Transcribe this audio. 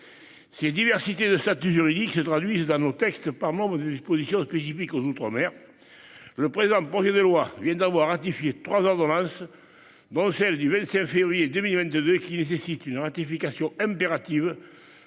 Cette diversité de statuts juridiques se traduit dans nos textes par nombre de dispositions spécifiques aux outre-mer. Le présent projet de loi vient d'abord ratifier trois ordonnances, dont celle du 25 février 2022, qui nécessite une ratification impérative avant